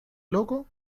loco